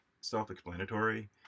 self-explanatory